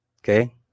Okay